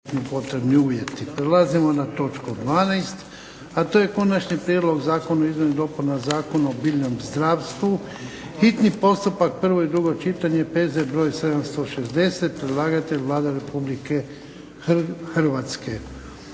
Ivan (HDZ)** Prelazimo na točku 12. a to je - Konačni prijedlog zakona o izmjeni i dopuni Zakona o biljnom zdravstvu, hitni postupak, prvo i drugo čitanje, P.Z. br. 760. Predlagatelj Vlada Republike Hrvatske.